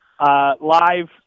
live